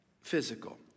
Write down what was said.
physical